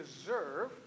deserve